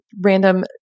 random